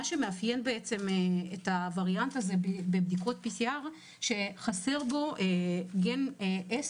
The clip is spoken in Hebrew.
מה שמאפיין את הווריאנט הזה בבדיקות PCR שחסר בו גן S